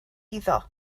iddo